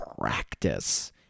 practice